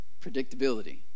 predictability